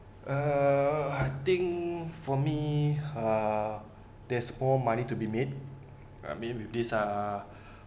uh I think for me ah there's more money to be made I mean with this ah